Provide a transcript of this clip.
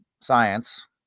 science